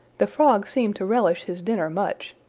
the frog seemed to relish his dinner much,